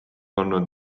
olnud